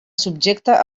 subjecta